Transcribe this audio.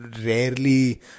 rarely